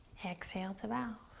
exhale to bow.